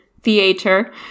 theater